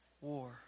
war